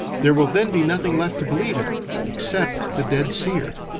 there will then be nothing left to believe in except the dead seer.